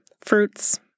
Fruits